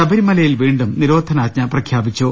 ശബരിമലയിൽ വീണ്ടും നിരോധനാജ്ഞ പ്രഖ്യാപിച്ചു